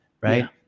right